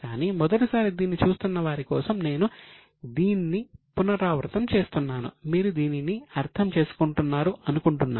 కానీ మొదటిసారి దీన్ని చేస్తున్న వారి కోసం నేను దీన్ని పునరావృతం చేస్తున్నాను మీరు దీనిని అర్థం చేసుకుంటున్నారు అనుకుంటున్నాను